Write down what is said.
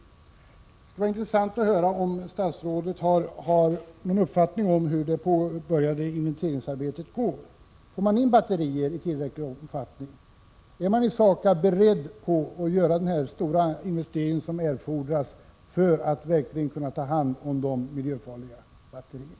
Det skulle vara intressant att höra om statsrådet har någon uppfattning om hur det påbörjade inventeringsarbetet går. Får man in batterier i tillräcklig omfattning? Är SAKAB beredd att göra den investering som erfordras för att verkligen kunna ta hand om de miljöfarliga batterierna?